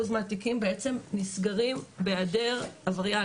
מהתיקים בעצם נסגרים בהיעדר עבריין,